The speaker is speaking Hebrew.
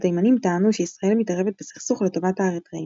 התימנים טענו שישראל מתערבת בסכסוך לטובת האריתראים.